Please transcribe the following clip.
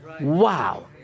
Wow